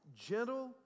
Gentle